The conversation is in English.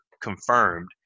confirmed